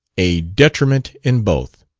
a detriment in both.